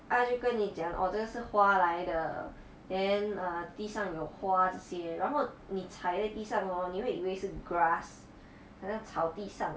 他就跟你讲 orh 这个是花来的 then err 地上有花这些然后你踩在地上 hor 你会以为是 grass 好像草地上